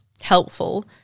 helpful